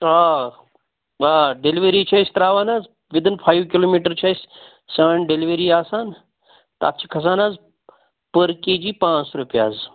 آ آ ڈِلؤری چھِ أسۍ ترٛاوان حظ وِدٕن فایِو کِلو میٖٹر چھِ أسۍ سٲنۍ ڈِلؤری آسان تَتھ چھِ کھَسان حظ پٔر کے جی پانٛژھ رۄپیہِ حظ